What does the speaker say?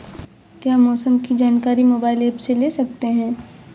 क्या मौसम की जानकारी मोबाइल ऐप से ले सकते हैं?